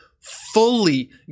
fully